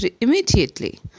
immediately